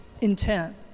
intent